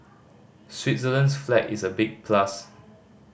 Switzerland's flag is a big plus